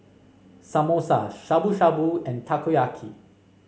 Samosa Shabu Shabu and Takoyaki